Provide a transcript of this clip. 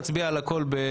נצביע על הכול.